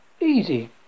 Easy